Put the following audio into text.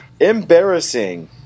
Embarrassing